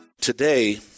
Today